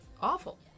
awful